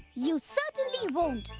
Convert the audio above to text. you certainly won't!